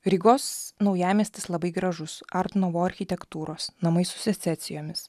rygos naujamiestis labai gražus art nuvo architektūros namai su secesijomis